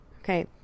Okay